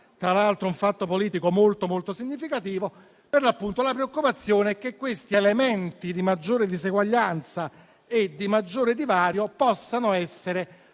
mi sembra un fatto politico molto significativo - è che questi elementi di maggiore diseguaglianza e di maggiore divario possano essere